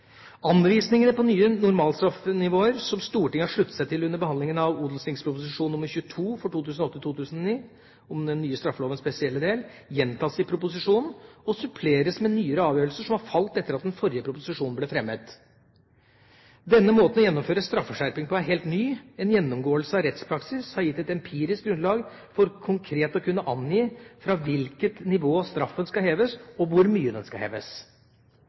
Anvisningene på nye normalstraffenivåer som Stortinget har sluttet seg til under behandlingen av Ot.prp. nr. 22 for 2008–2009, om den nye straffelovens spesielle del, gjentas i proposisjonen og suppleres med nyere avgjørelser som har falt etter at den forrige proposisjonen ble fremmet. Denne måten å gjennomføre straffeskjerping på er helt ny. En gjennomgåelse av rettspraksis har gitt et empirisk grunnlag for konkret å kunne angi fra hvilket nivå straffen skal heves, og hvor mye den skal heves.